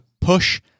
push